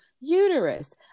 uterus